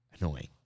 Annoying